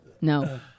No